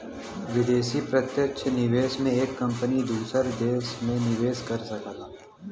विदेशी प्रत्यक्ष निवेश में एक कंपनी दूसर देस में निवेस कर सकला